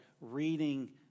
reading